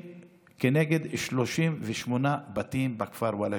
כנגד 38 בתים בכפר ולאג'ה.